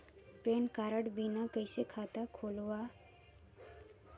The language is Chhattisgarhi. पैन कारड बिना कइसे खाता खोलव?